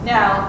Now